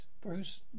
Bruce